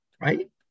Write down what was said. Right